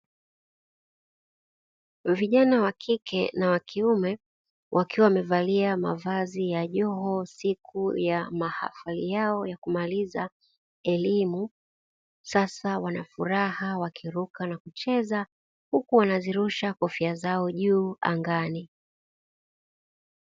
Vijana wakike na wa kiume wakiwa wamevalia mavazi ya joho siku ya mahafali yao ya kumaliza elimu, sasa wanafuraha wakiruka na kucheza huku wanazirusha kofia zao juu angani.